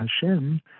Hashem